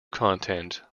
content